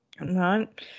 right